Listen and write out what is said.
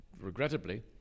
regrettably